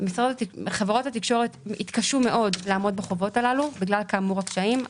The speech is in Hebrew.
חברות התקשורת התקשו מאוד לעמוד בחובות הללו כאמור בגלל הקשיים,